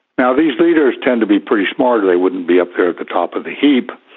now, these leaders tend to be pretty smart or they wouldn't be up there at the top of the heap,